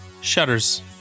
shutters